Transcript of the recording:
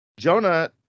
Jonah